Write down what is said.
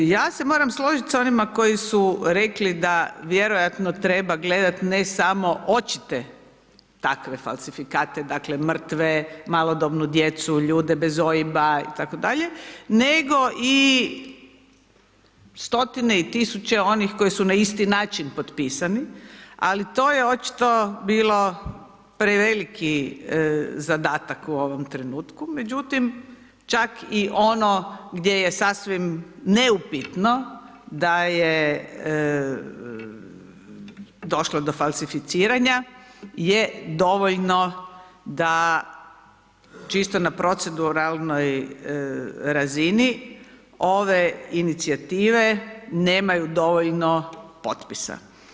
Ja se moram složiti s onima koji su rekli da vjerojatno treba gledati ne samo očite takve falsifikate, dakle, mrtve, malodobnu djecu, ljude bez OIB-a itd. nego i stotine i tisuće onih koji su na isti način potpisani, ali to je očito bilo preveliki zadatak u ovom trenutku, međutim, čak i ono gdje je sasvim neupitno, da je došlo do falsificiranja je dovoljno da čisto na proceduralnoj razini ove inicijative nemaju dovoljno potpisa.